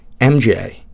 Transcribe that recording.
MJ